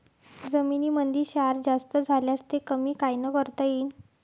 जमीनीमंदी क्षार जास्त झाल्यास ते कमी कायनं करता येईन?